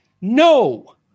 No